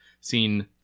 seen